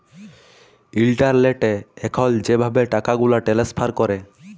ইলটারলেটে এখল যেভাবে টাকাগুলা টেলেস্ফার ক্যরে